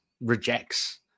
rejects